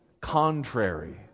contrary